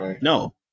No